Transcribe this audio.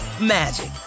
magic